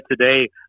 today